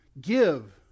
Give